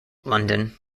london